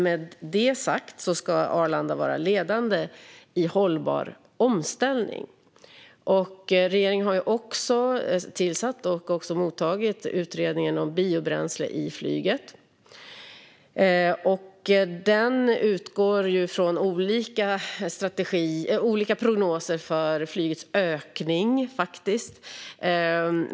Med det sagt ska Arlanda vara ledande i hållbar omställning. Regeringen har tillsatt utredningen om biobränsle i flyget och även mottagit dess betänkande. Utredningen utgår från olika prognoser för flygets ökning.